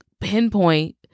pinpoint